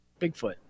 Bigfoot